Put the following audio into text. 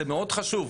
זה מאוד חשוב.